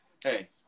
hey